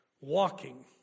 walking